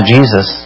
Jesus